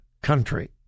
country